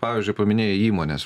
pavyzdžiui paminėjai įmones